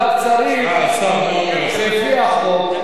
כל הצבעה אפשר להפוך.